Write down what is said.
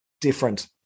different